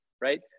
right